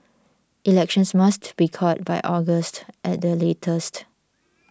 elections must be called by August at the latest